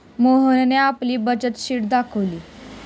मोहनने आपली बचत शीट दाखवली